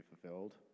fulfilled